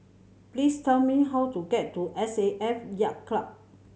please tell me how to get to S A F Yacht Club